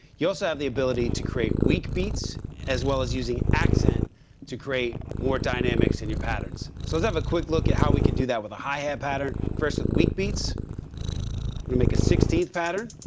you also have the ability to create weak beats as well as using accent to create more dynamics in your patterns. so let's have a quick look at how we could do that with a hi-hat pattern. first, with weak beats to make a sixteenth pattern